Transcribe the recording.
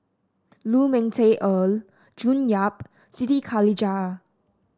Lu Ming Teh Earl June Yap Siti Khalijah